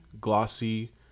glossy